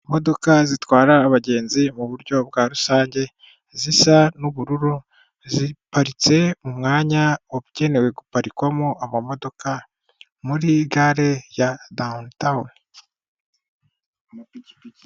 Imodoka zitwara abagenzi mu buryo bwa rusange zisa n'ubururu ziparitse mu mwanya wagenewe guparikwamo amamodoka muri gare ya dawunitawuni.